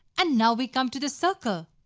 and now we come to the circle.